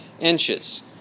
inches